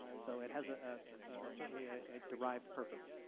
so it has ah ah a certainly a derived purpose.